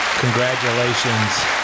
congratulations